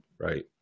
Right